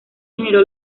generó